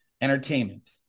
entertainment